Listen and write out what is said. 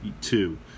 two